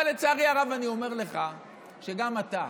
אבל לצערי הרב, אני אומר לך שגם אתה,